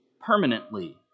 permanently